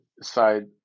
side